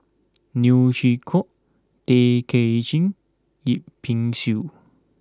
Neo Chwee Kok Tay Kay Chin Yip Pin Xiu